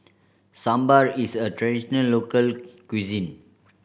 sambar is a traditional local cuisine